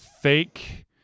fake